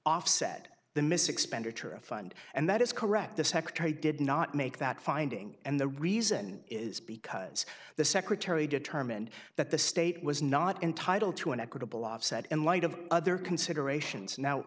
offset the missing expenditure of fund and that is correct the secretary did not make that finding and the reason is because the secretary determined that the state was not entitled to an equitable offset in light of other considerations